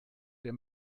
der